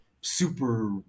super